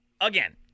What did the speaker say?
Again